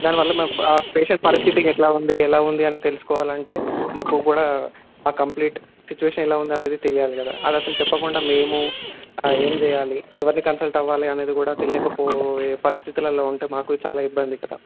దానివల్ల మ పేషెంట్ పరిస్థితికి ఎట్లా ఉంది ఎలా ఉంది అని తెలుసుకోవాలి అంటే మాకు కూడా ఆ కంప్లీట్ సిచువేషన్ ఎలా ఉంది అనేది తెలియాలి కదా అది అసలు చెప్పకుండా మేము ఏమి చేయాలి ఎవరిని కన్సల్ట్ అవ్వాలి అనేది కూడా తెలియకపోయే పరిస్థితులల్లో ఉంటే మాకు చాలా ఇబ్బంది కదా